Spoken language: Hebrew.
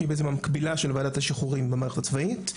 שהיא בעצם המקבילה של ועדת השחרורים במערכת הצבאית.